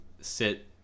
sit